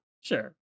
Sure